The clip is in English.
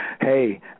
hey